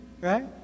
right